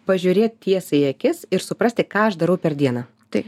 pažiūrėt tiesai į akis ir suprasti ką aš darau per dieną tai